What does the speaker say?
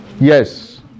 Yes